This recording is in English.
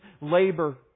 labor